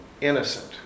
innocent